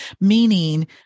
meaning